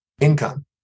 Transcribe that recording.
income